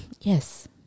Yes